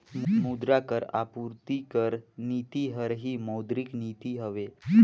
मुद्रा कर आपूरति कर नीति हर ही मौद्रिक नीति हवे